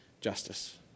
justice